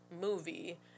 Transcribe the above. movie